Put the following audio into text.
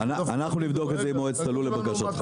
ואנחנו צריכים לוודא שאנחנו שומרים את הבטחת המזון במידה מסוימת,